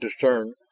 discern